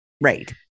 Right